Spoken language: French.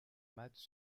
maths